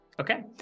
Okay